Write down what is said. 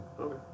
Okay